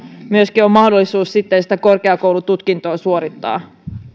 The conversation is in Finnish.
myöskin on mahdollisuus sitä korkeakoulututkintoa suorittaa